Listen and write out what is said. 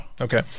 Okay